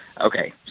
Okay